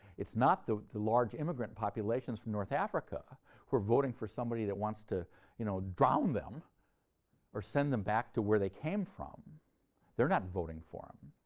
it's not the the large immigrant populations from north africa who are voting for somebody that wants to you know drown them or send them back to where they came from they're not voting for him.